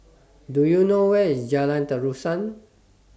Do YOU know Where IS Jalan Terusan